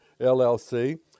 LLC